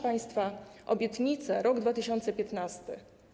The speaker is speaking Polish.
Państwa obietnice, rok 2015.